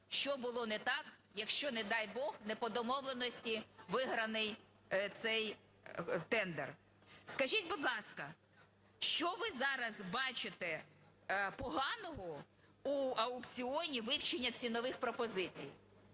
що було не так, якщо, не дай бог, не по домовленості виграний цей тендер. Скажіть, будь ласка, що ви зараз бачите поганого у аукціоні вивчення цінових пропозицій?